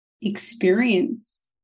experience